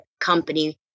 company